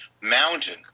mountain